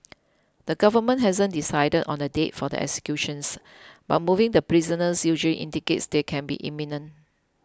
the government hasn't decided on the date for the executions but moving the prisoners usually indicates they could be imminent